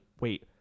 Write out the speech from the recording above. wait